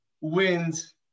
wins